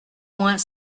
moins